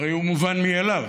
הרי הוא מובן מאליו.